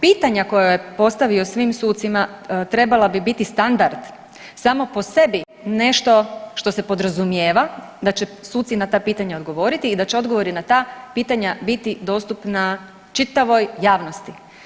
Pitanja koja je postavio svim sucima trebala bi biti standard samo po sebi nešto što se podrazumijeva da će suci na ta pitanja odgovoriti i da će odgovori na ta pitanja biti dostupna čitavoj javnosti.